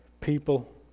people